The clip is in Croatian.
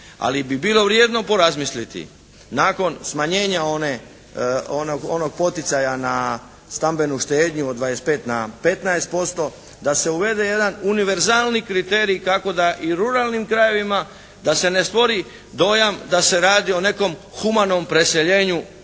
ali bi bilo vrijedno porazmisliti nakon smanjenja onog poticaja na stambenu štednju od 25 na 15% da se uvede jedan univerzalni kriterij kako da i ruralnim krajevima, da se ne stvori dojam da se radi o nekom humanom preseljenju